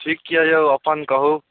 ठीक छै यौ अपन कहु